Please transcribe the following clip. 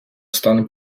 stany